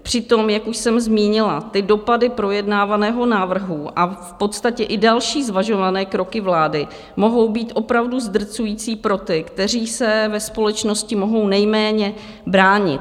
Přitom, jak už jsem zmínila, ty dopady projednávaného návrhu a v podstatě i další zvažované kroky vlády mohou být opravdu zdrcující pro ty, kteří se ve společnosti mohou nejméně bránit.